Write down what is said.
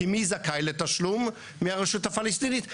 כי מי זכאי לתשלום מהרשות הפלסטינית?